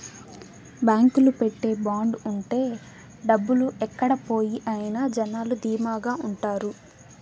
బాంకులో పెట్టే బాండ్ ఉంటే డబ్బులు ఎక్కడ పోవు అని జనాలు ధీమాగా ఉంటారు